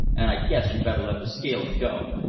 and i guess you'd better let the scaling go.